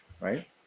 right